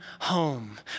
home